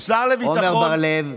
עמר בר לב,